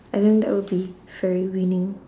and then that will be very winning